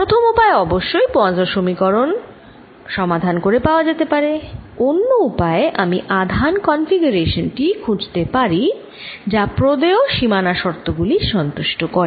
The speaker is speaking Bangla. প্রথম উপায় অবশ্যই পোয়াসোঁ সমীকরণ সমাধান করে পাওয়া যেতে পারে অন্য উপায়ে আমি আধান কনফিগারেশন টি খুঁজতে পারি যে প্রদেয় সীমানা শর্ত গুলি সন্তুষ্ট করে